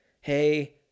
hey